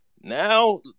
Now